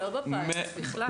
לא בפיילוט בכלל.